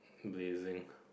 blessing